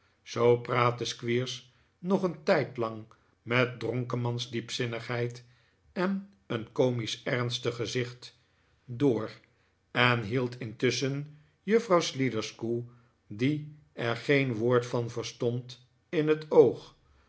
zoo praatte squeers nog een tijdlang met dronkemans diepzinnigheid en een komisch ernstig gezicht door en hield intusschen juffrouw sliderskew die er geen woord van verstond in het oog